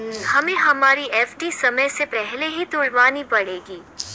हमें हमारी एफ.डी समय से पहले ही तुड़वानी पड़ेगी